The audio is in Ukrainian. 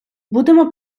будемо